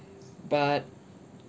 but